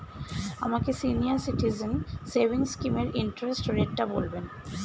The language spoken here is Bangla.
আমাকে সিনিয়র সিটিজেন সেভিংস স্কিমের ইন্টারেস্ট রেটটা বলবেন